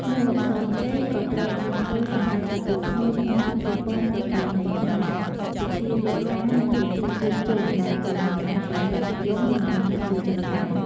នំអន្សមចេក ក៏ត្រូវបានធ្វើសម្រាប់ទទួលភ្ញៀវ ក្នុងពិធីបុណ្យប្រពៃណីខ្មែរ ពិធីរៀបការ និងពិធីជួបជុំ ដែលជាបង្អែមដ៏ពេញនិយមសម្រាប់ប្រជាជនខ្មែរ។